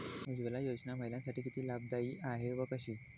उज्ज्वला योजना महिलांसाठी किती लाभदायी आहे व कशी?